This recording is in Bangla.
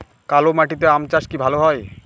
কালো মাটিতে আম চাষ কি ভালো হয়?